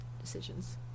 decisions